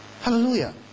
Hallelujah